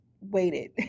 waited